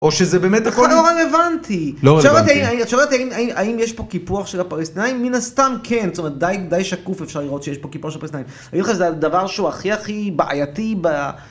או שזה באמת הכל לא רלוונטי. לא רלוונטי. את שואלת אם יש פה קיפוח של הפלסטינאים, מן הסתם כן, זאת אומרת די שקוף אפשר לראות שיש פה קיפוח של הפלסטינאים. אני חושב שזה הדבר שהוא הכי הכי בעייתי ב...